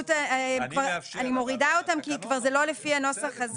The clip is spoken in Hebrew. אני מורידה אותן כי כבר זה לא לפי הנוסח הזה.